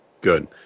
good